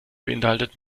beinhaltet